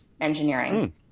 engineering